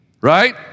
right